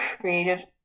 creative